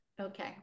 Okay